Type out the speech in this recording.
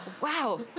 Wow